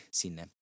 sinne